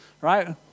right